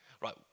right